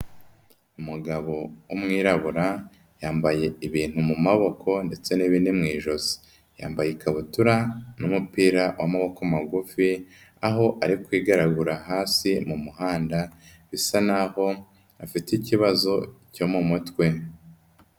Umugabo w'umwirabura yambaye ibintu mu maboko ndetse n'ibindi mu ijosi, yambaye ikabutura n'umupira w'amaboko magufi, aho ari kwigaragura hasi mu muhanda bisa naho afite ikibazo cyo mu mutwe.